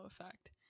effect